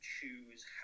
choose